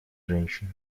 женщин